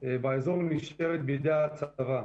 באזור נשארת בידי הצבא.